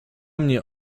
mnie